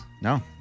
No